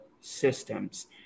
systems